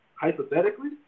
hypothetically